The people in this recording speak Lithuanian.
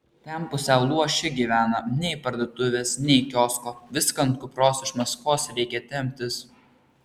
ten pusiau luoši gyvena nei parduotuvės nei kiosko viską ant kupros iš maskvos reikia temptis